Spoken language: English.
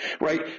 right